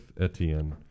Etienne